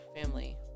family